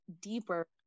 deeper